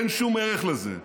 אין שום ערך לזה.